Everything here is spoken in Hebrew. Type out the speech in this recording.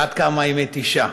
עד כמה היא מתישה,